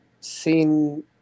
seen